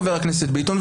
חבר הכנסת ביטון,